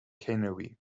canary